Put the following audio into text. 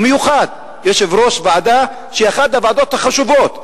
ובמיוחד יושב-ראש ועדה שהיא אחת הוועדות החשובות.